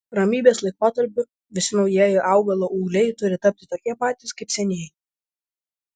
ramybės laikotarpiu visi naujieji augalo ūgliai turi tapti tokie patys kaip senieji